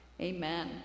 Amen